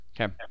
Okay